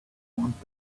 want